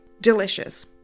Delicious